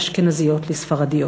אשכנזיות לספרדיות.